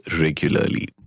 regularly